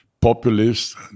populist